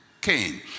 Cain